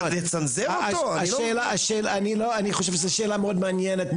אני חושב שזה שאלה מאוד מעניינת,